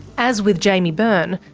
as with jaimie byrne,